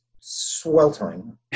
sweltering